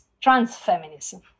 trans-feminism